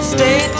Stay